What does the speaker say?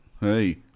Hey